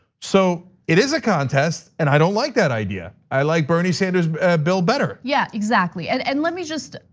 so it is a contest, and i don't like that idea, i like bernie sanders' bill better. yeah, exactly, and and let me just,